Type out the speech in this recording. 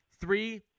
Three